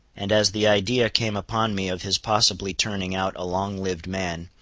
and as the idea came upon me of his possibly turning out a long-lived man,